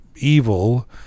evil